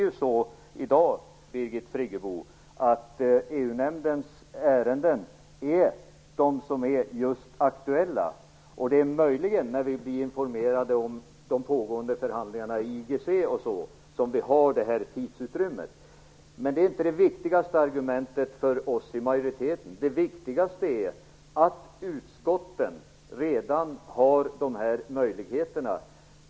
EU-nämndens ärenden är ju de ärenden som just för tillfället är aktuella, Birgit Friggebo. Det är möjligen när vi blir informerade om de pågående förhandlingarna i IGC, regeringskonferensen, som vi har detta tidsutrymme. Men det är inte det viktigaste argumentet för oss i majoriteten. Det viktigaste är att utskotten redan har de här möjligheterna.